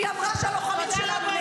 והיא אמרה שהלוחמים שלנו -- תודה רבה,